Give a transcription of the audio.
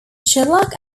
shellac